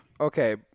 Okay